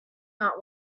not